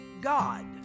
God